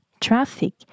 traffic